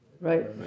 Right